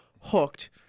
hooked